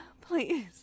please